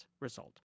result